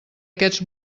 aquests